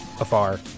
afar